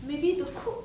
maybe to cook